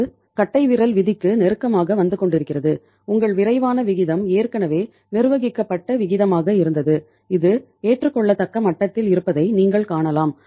இது கட்டைவிரல் விதிக்கு நெருக்கமாக வந்து கொண்டிருக்கிறது உங்கள் விரைவான விகிதம் ஏற்கனவே நிர்வகிக்கப்பட்ட விகிதமாக இருந்தது இது ஏற்றுக்கொள்ளத்தக்க மட்டத்தில் இருப்பதை நீங்கள் காணலாம்